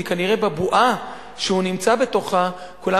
כי כנראה בבועה שהוא נמצא בתוכה כולם